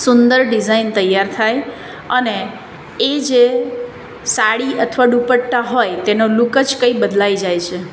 સુંદર design તૈયાર થાય અને એ જે સાડી અથવા દુપટ્ટા હોય તેનો લૂક જ કંઈ બદલાઈ જાય છે